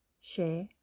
share